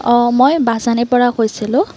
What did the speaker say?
অঁ মই বাঁহজানীৰ পৰা কৈছিলোঁ